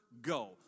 go